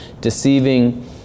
deceiving